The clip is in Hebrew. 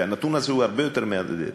והנתון הזה הוא הרבה יותר מהדהד,